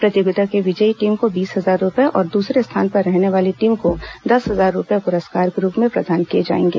प्रतियोगिता के विजयी टीम को बीस हजार रूपये और दूसरे स्थान पर रहने वाली टीम को दस हजार रूपये पुरस्कार के रूप में प्रदान किए जाएंगे